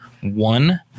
one